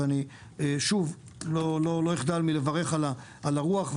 ואני לא אחדל מלברך על הרוח,